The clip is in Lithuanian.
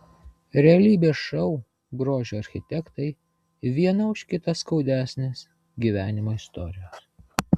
realybės šou grožio architektai viena už kitą skaudesnės gyvenimo istorijos